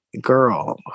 Girl